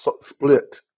Split